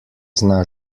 zna